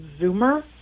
zoomer